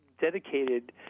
dedicated